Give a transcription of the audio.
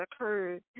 occurred